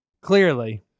Clearly